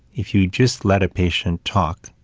if you just let a patient talk,